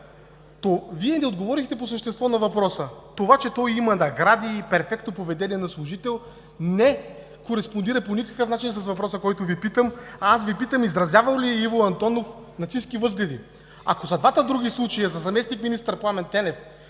Вие не отговорихте по същество на въпроса. Това, че той има награди и перфектно поведение на служител, не кореспондира по никакъв начин с въпроса, който Ви задавам. А аз Ви питам: изразявал ли е Иво Антонов нацистки възгледи? Ако са двата други случая – за заместник-министър Пламен Тенев